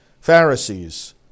Pharisees